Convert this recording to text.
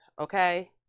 okay